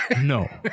no